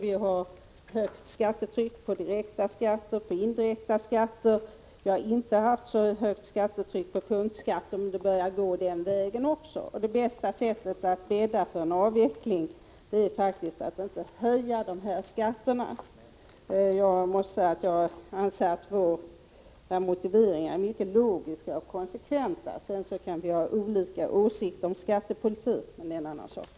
Vi har höga direkta skatter och höga indirekta skatter. Vi har inte haft så högt skattetryck vad gäller punktskatter, men nu börjar det gå den vägen också därvidlag. Det bästa sättet att bädda för avveckling är faktiskt att inte höja de här skatterna. Jag anser att våra motiveringar är mycket logiska och konsekventa. Sedan kan vi ha olika åsikter om skattepolitik — men det är en annan sak.